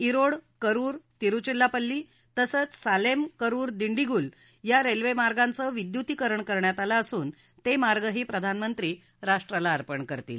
इरोड करुर तिरुचिरापल्ली तसंच सालेम करुर दिडिगुल रेल्वेमार्गांचं विद्युतीकरण करण्यात आलं असून ते मार्गही प्रधानमंत्री राष्ट्राला अर्पण करतील